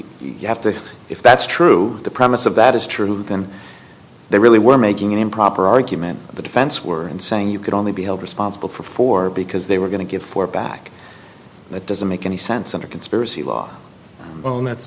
you have to if that's true the premise of that is true then they really were making an improper argument the defense were in saying you could only be held responsible for four because they were going to get four back that doesn't make any sense under conspiracy law own that's